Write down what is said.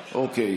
אוקיי.